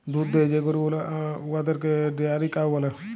দুহুদ দেয় যে গরু গুলা উয়াদেরকে ডেয়ারি কাউ ব্যলে